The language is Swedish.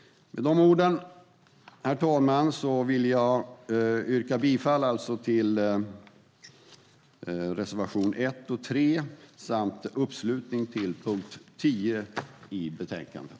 Herr talman! Med de orden yrkar jag bifall till reservationerna 1 och 2 under punkt 3 samt sluter upp kring punkt 10 i betänkandet.